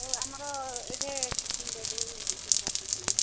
ହଉ ଆମର ଏଇଠି ଟିଫନ୍ ଦେଇଦବୁ କିଛି ଅସୁବିଧା ନାହିଁ